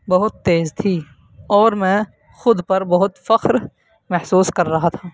بہت تیز تھی اور میں خود پر بہت فخر محسوس کر رہا تھا